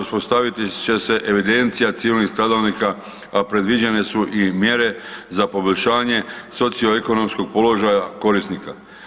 Uspostavit će se evidencija civilnih stradalnika, a predviđene su i mjere za poboljšanje socioekonomskog položaja korisnika.